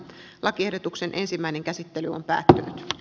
lakiehdotuksen ensimmäinen käsittely on päättynyt